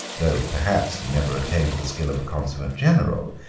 though, perhaps, he never attained the skill of a consummate general,